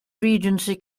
regency